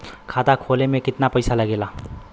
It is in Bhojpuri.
खाता खोले में कितना पईसा लगेला?